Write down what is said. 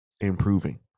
improving